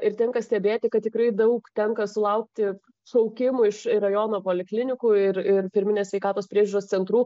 ir tenka stebėti kad tikrai daug tenka sulaukti šaukimų iš rajono poliklinikų ir ir pirminės sveikatos priežiūros centrų